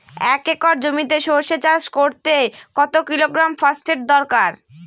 এক একর জমিতে সরষে চাষ করতে কত কিলোগ্রাম ফসফেট দরকার?